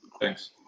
Thanks